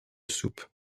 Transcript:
soupe